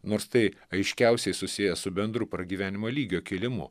nors tai aiškiausiai susiję su bendru pragyvenimo lygio kėlimu